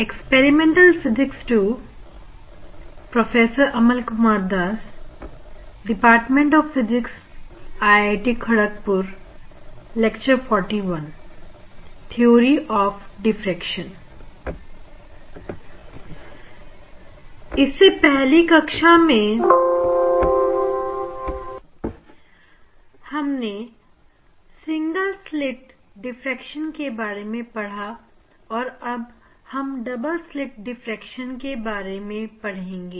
इसमें पहली कक्षा में हमने सिंगल स्लिट डिफ्रेक्शन के बारे में पढ़ा और अब हम डबल स्लिट डिफ्रेक्शन के बारे में पड़ेंगे